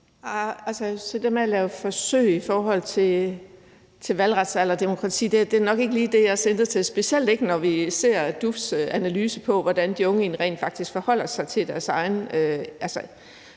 Det der med at lave forsøg i forhold til valgretsalder og demokrati er nok ikke lige det, jeg er til, specielt ikke, når vi ser DUF's analyse af, hvordan de unge rent faktisk forholder sig til deres egen